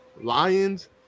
Lions